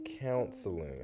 counseling